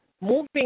moving